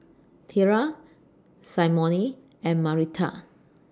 Thyra Symone and Marita